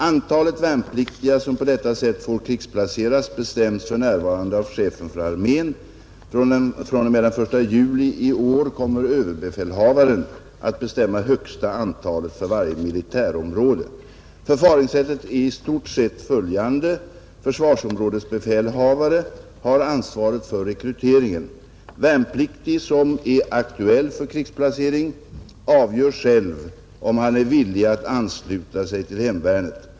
Antalet värnpliktiga som på detta sätt får krigsplaceras bestäms för närvarande av chefen för armén. fr.o.m. den 1 juli 1971 kommer överbefälhavaren att bestämma högsta antalet för varje militärområde. Förfaringssättet är i stort följande. Försvarsområdesbefälhavare har ansvaret för rekryteringen. Värnpliktig, som är aktuell för krigsplacering, avgör själv om han är villig att ansluta sig till hemvärnet.